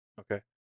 Okay